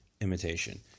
imitation